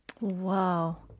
wow